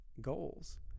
goals